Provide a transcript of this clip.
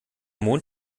mond